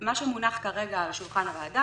מה שמונח כרגע על שולחן הוועדה,